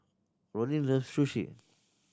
Ronin loves Sushi